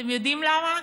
אתם יודעים למה?